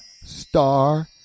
star